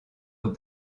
aux